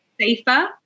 safer